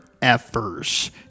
effers